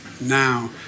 now